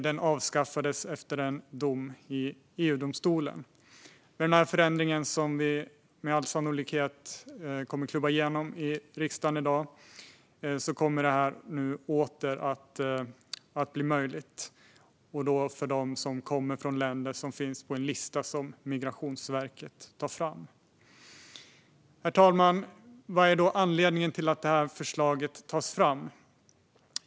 Det avskaffades efter en dom i EU-domstolen. Med den förändring som vi med all sannolikhet kommer att klubba igenom i riksdagen i dag kommer detta åter att bli möjligt för dem som kommer från länder som finns på en lista som Migrationsverket tar fram. Herr talman! Vad är då anledningen till att det här förslaget tas fram?